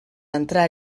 entrar